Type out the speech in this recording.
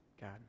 God